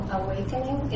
awakening